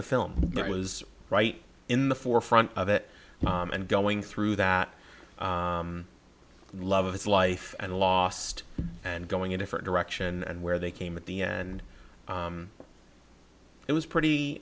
the film but was right in the forefront of it and going through that love of its life and lost and going in different direction and where they came at the end it was pretty